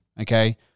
okay